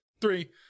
three